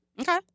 Okay